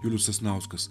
julius sasnauskas